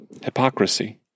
hypocrisy